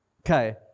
Okay